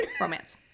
romance